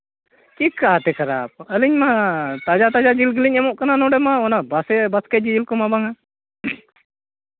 ᱪᱤᱠᱟᱹᱛᱮ ᱠᱷᱟᱨᱟᱯ ᱟᱹᱞᱤᱧ ᱢᱟ ᱛᱟᱡᱟ ᱛᱟᱡᱟ ᱡᱤᱞ ᱜᱮᱞᱤᱧ ᱮᱢᱚᱜ ᱠᱟᱱᱟ ᱱᱚᱰᱮ ᱢᱟ ᱵᱟᱥᱠᱮᱹ ᱵᱟᱥᱠᱮᱹ ᱡᱤᱞ ᱠᱚᱢᱟ ᱵᱟᱝᱟ